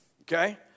Okay